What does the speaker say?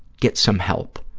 get some help.